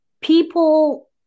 people